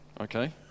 Okay